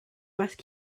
ask